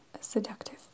seductive